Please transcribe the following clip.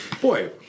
Boy